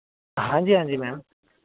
ਹਾਂਜੀ ਹਾਂਜੀ ਮੈਮ